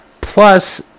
Plus